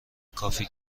کافی